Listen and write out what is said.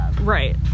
Right